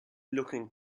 looking